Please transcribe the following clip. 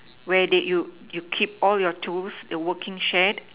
where they you you keep all your tools a working shed